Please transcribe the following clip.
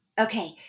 Okay